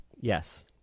Yes